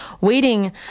waiting